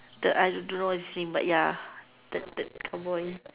the I don't know what is silly but ya the the boy